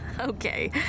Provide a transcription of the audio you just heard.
okay